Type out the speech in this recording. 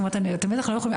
אתם בטח לא יכולים,